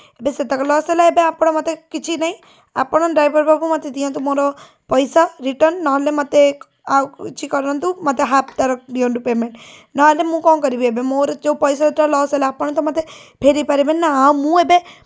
ଏବେ ସେତକ ଲସ୍ ହେଲା ଏବେ ଆପଣ ମୋତେ କିଛି ନାହିଁ ଆପଣ ଡ୍ରାଇଭର୍ ବାବୁ ମୋର ଦିଅନ୍ତୁ ମୋର ପଇସା ରିଟର୍ନ ନ ହେଲେ ମୋତେ ଆଉ କିଛି କରନ୍ତୁ ମୋତେ ହାପ୍ ତାର ଦିଅନ୍ତୁ ପେମେଣ୍ଟ ନ ହେଲେ ମୁଁ କ'ଣ କରିବି ଏବେ ମୋର ଯେଉଁ ପଇସାଟା ଲସ୍ ହେଲା ଆପଣ ତ ମୋତେ ଫେରେଇ ପାରିବେନି ନା ଆଉ ମୁଁ ଏବେ